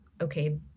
okay